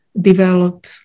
develop